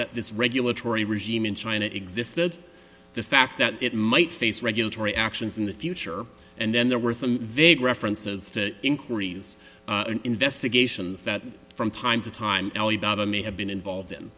that this regulatory regime in china existed the fact that it might face regulatory actions in the future and then there were some vague references to inquiries and investigations that from time to time may have been involved in